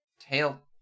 tail